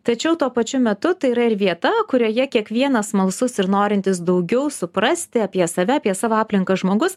tačiau tuo pačiu metu tai yra ir vieta kurioje kiekvienas smalsus ir norintis daugiau suprasti apie save apie savo aplinką žmogus